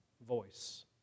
voice